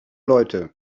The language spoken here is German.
leute